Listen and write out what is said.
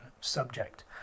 subject